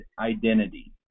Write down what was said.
identity